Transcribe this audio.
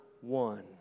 one